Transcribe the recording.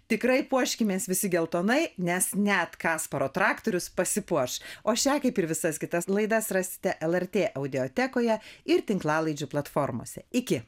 tikrai puoškimės visi geltonai nes net kasparo traktorius pasipuoš o šią kaip ir visas kitas laidas rasite lrt audiotekoje ir tinklalaidžių platformose iki